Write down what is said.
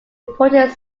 important